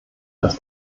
das